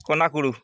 କୋନାକୁଡ଼ୁ